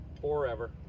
forever